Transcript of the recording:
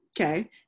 Okay